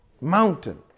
mountain